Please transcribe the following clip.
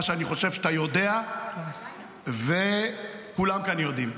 שאני חושב שאתה יודע וכולם כאן יודעים.